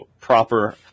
proper